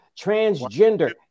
transgender